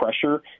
pressure